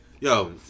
Yo